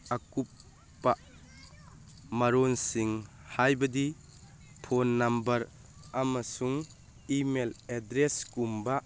ꯑꯛꯨꯄꯄ ꯃꯔꯣꯜꯁꯤꯡ ꯍꯥꯏꯕꯗꯤ phone number ꯑꯃꯁꯨꯡ ꯏꯃꯦꯜ ꯑꯦꯗ꯭ꯔꯦꯁꯀꯨꯝꯕ